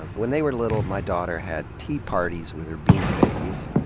and when they were little my daughter had tea parties with her beanie babies.